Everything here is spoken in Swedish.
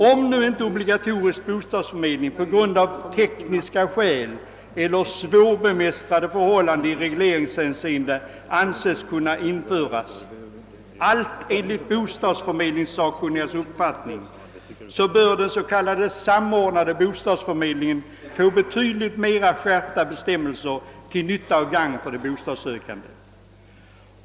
Om nu inte obligatorisk bostadsförmedling av tekniska skäl eller svårbemästrade förhållanden i regleringshänseende anses kunna införas — allt enligt bostadsförmedlingssakkunnigas uppfattning — så bör den s.k. samordnade bostadsförmedlingen få betydligt mera skärpta bestämmelser, till nytta och gagn för de bostadssökande.